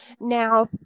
now